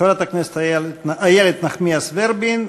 חברת הכנסת איילת נחמיאס ורבין.